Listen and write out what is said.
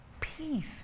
peace